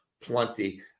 plenty